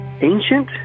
ancient